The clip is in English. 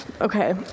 okay